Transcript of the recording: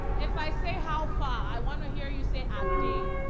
if i say how far i want to hear you say adi.